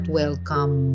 welcome